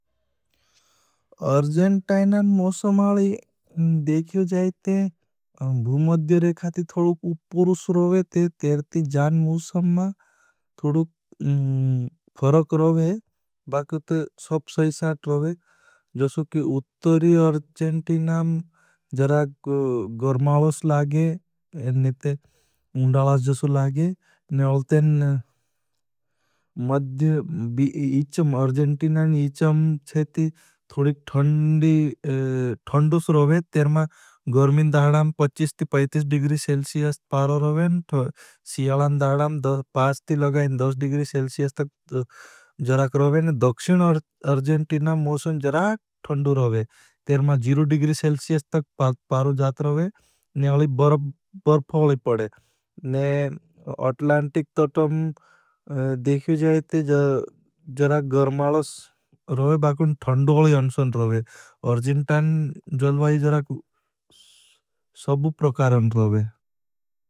अर्जेंटिनान मोसमाल देखियो जाएते, भुमद्य रेखा थी थोड़ूक उपरूस रोवेते, तेरती जान मोसम मा थोड़ूक फरक रोवे, बाकुत सब सईसाट रोवे। जसो कि उत्तरी अर्जेंटिनान जराग गर्मालोस लागे, ने ते उंडालास जसो लागे, ने उलतें मद्य इचम अर्जेंटिनान इचम से थी थोड़ूक ठंडूस रोवे। तेरमा गर्मीन दाहडाम पचीस से पैतीस डिग्री सेल्सियस पारो रोवे, सियलान दाहडाम पाच दस डिग्री सेल्सियस तक जराग रोवे। दक्षिन अर्जेंटिनान मोसम जराग ठंडू रोवे, तेरमा जिरू डिग्री सेल्सियस तक पारो जात रोवे। ने अलि बर्फ अलि पड़े, ने अट्लांटिक तटम देखिए जायती जराग गर्मालोस रोवे, बाकुं ठंडू अलि अन्शन रोवे, अर्जेंटिनान जलवाई जराग सबू प्रकारन रोवे।